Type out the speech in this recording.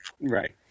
Right